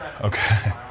Okay